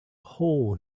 hole